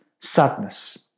sadness